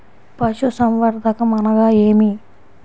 పశుసంవర్ధకం అనగా ఏమి?